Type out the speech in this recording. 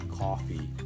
coffee